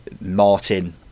Martin